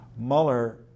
Mueller